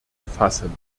fassen